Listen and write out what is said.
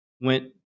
went